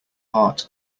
heart